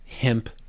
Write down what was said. hemp